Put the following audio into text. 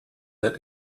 that